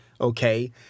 okay